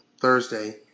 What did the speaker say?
Thursday